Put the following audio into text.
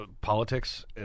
politics